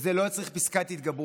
לזה לא היה צריך פסקת התגברות.